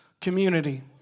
community